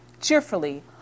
cheerfully